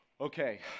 okay